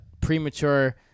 premature